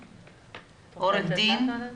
פיקדון,